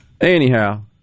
Anyhow